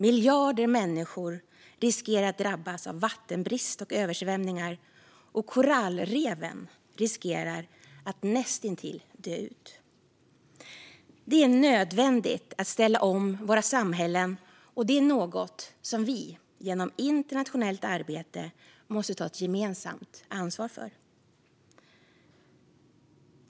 Miljarder människor riskerar att drabbas av vattenbrist och översvämningar, och korallreven riskerar att näst intill dö ut. Det är nödvändigt att ställa om våra samhällen, och detta är något som vi genom internationellt arbete måste ta gemensamt ansvar för.